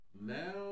now